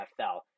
NFL